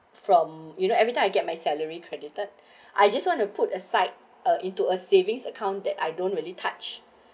from you know every time you get my salary credited I just want to put aside into a savings account that I don't really touch